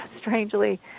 strangely